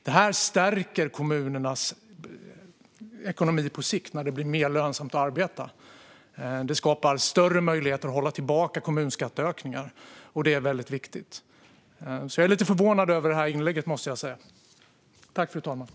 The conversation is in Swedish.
Det stärker kommunernas ekonomi på sikt när det blir mer lönsamt att arbeta. Det skapar större möjligheter att hålla tillbaka kommunskatteökningar, och det är viktigt. Jag måste säga, fru talman, att jag är lite förvånad över inlägget.